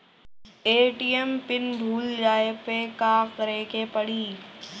ATM PIN भूल जाए पे का करे के पड़ी?